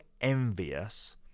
envious